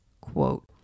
Quote